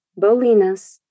Bolinas